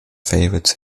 favourite